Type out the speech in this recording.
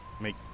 make